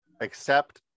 accept